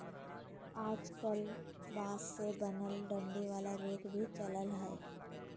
आजकल बांस से बनल डंडी वाला रेक भी चलल हय